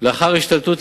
רצוני לשאול: